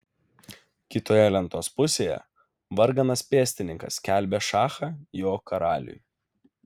kitoje lentos pusėje varganas pėstininkas skelbė šachą jo karaliui